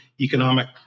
economic